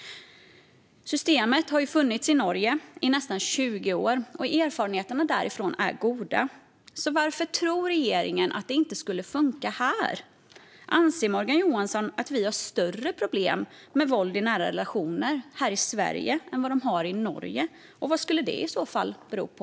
Systemet har funnits i Norge i nästan 20 år, och erfarenheterna därifrån är goda. Så varför tror regeringen att det inte skulle funka här? Anser Morgan Johansson att vi har större problem med våld i nära relationer här i Sverige än vad man har i Norge? Vad skulle det i så fall bero på?